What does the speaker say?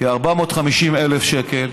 כ-450,000 שקלים,